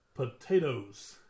Potatoes